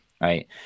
right